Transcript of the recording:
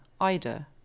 Ida